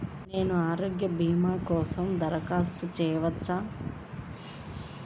నేను ఆరోగ్య భీమా కోసం దరఖాస్తు చేయవచ్చా?